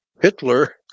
Hitler